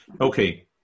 Okay